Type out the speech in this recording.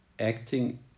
acting